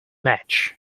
match